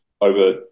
over